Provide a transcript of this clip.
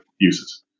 uses